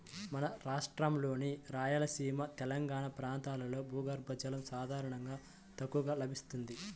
మన రాష్ట్రంలోని రాయలసీమ, తెలంగాణా ప్రాంతాల్లో భూగర్భ జలం సాధారణంగా తక్కువగా లభిస్తుంది